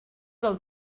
del